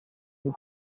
new